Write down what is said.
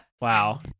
Wow